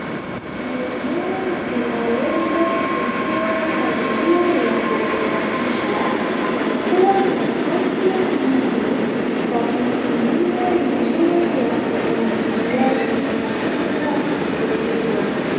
Mimea zinaweza kukua kwa njia ya kufurahisha, na kuwa na afya mno kwa kutumia njia ya umwagiliaji katika ukulima.